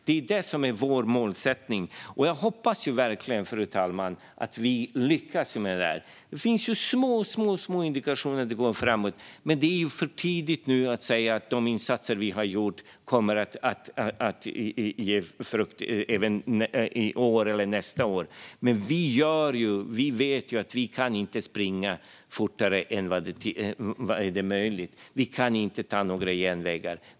Det är det som är vår målsättning. Jag hoppas verkligen, fru talman, att vi lyckas med detta. Det finns små indikationer på att det går framåt, men det är för tidigt att nu säga att de insatser vi har gjort kommer att bära frukt i år eller nästa år. Men vi vet att vi inte kan springa fortare än vad som är möjligt. Vi kan inte ta några genvägar.